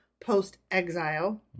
post-exile